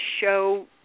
show